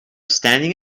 standing